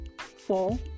fall